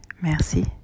Merci